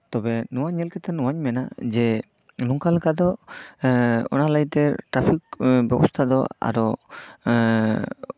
ᱛᱚᱵᱮ ᱱᱚᱣᱟ ᱧᱮᱞ ᱠᱟᱛᱮᱜ ᱱᱚᱣᱟᱧ ᱢᱮᱱᱟ ᱡᱮ ᱱᱚᱝᱠᱟ ᱞᱮᱠᱟ ᱫᱚ ᱮᱜ ᱚᱱᱟ ᱞᱟᱹᱭᱛᱮ ᱴᱨᱟᱯᱷᱤᱠ ᱵᱮᱵᱚᱥᱛᱷᱟ ᱫᱚ ᱟᱨᱚ ᱮᱜ